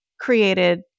created